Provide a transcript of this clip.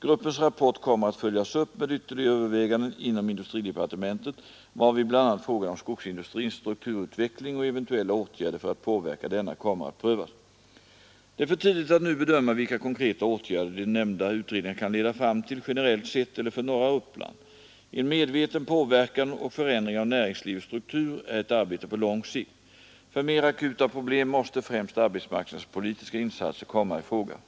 Gruppens rapport kommer att följas upp med ytterligare överväganden inom industridepartementet, varvid bl.a. frågan om skogsindustrins strukturutveckling och eventuella åtgärder för att påverka denna kommer att prövas. Det är för tidigt att nu bedöma vilka konkreta åtgärder de nämnda Nr 129 RErCRNIN AN kan leda fram FURSERErSNE Set ELSE för norra Uppland? En Fredagen den PICS PECIKAR och förändring av VERDESRReNS struktur är ett arbete 1 december 1972 på lång sikt. För mer akuta problem måste främst arbetsmarknads= — politiska insatser komma i fråga. Ang.